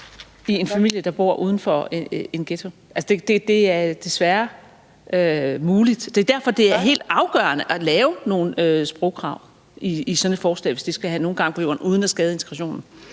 i en familie, der bor uden for en ghetto. Det er desværre muligt. Det er derfor, det er helt afgørende at stille nogle sprogkrav i sådan et forslag, hvis det skal have nogen gang på jord og ikke skade integrationen.